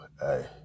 hey